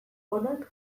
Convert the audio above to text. onak